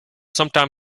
sometime